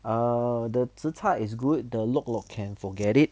err the zi char is good the lok lok can forget it